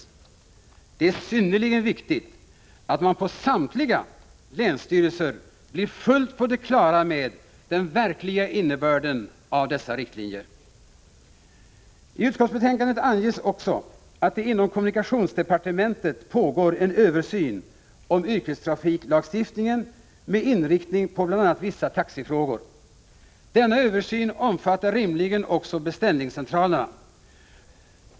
Det är synnerligen viktigt att man på samtliga länsstyrelser blir fullt på det klara med den verkliga innebörden av dessa riktlinjer. I utskottsbetänkandet anges också att det inom kommunikationsdepartementet pågår en översyn av yrkestrafiklagstiftningen med inriktning på bl.a. vissa taxifrågor. Denna översyn omfattar rimligen också beställningscentralerna.